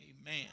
Amen